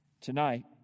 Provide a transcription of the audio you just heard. Tonight